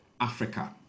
Africa